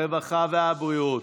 הרווחה והבריאות,